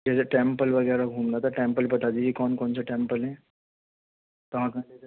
جیسے ٹیمپل وغیرہ گھومنا تھا ٹیمپل بتا دیجئے کون کون سے ٹیمپل ہیں کہاں کہاں